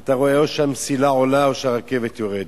אתה רואה, או שהמסילה עולה או שהרכבת יורדת.